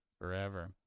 forever